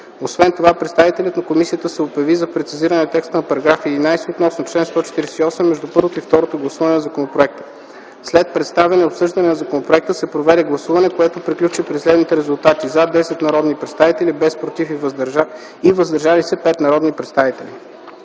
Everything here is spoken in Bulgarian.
Освен това представителят на комисията се обяви за прецизиране на текста на § 11, относно чл. 148, между първо и второ гласуване на законопроекта. След представяне и обсъждане на законопроекта се проведе гласуване, което приключи при следните резултати: „за” – 10 народни представители, без „против” и „въздържали се” – 5 народни представители.”